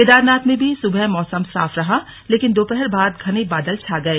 केदारनाथ में भी सुबह मौसम सापफ रहा लेकिन दोपहर बाद घने बादल छा गए